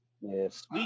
Yes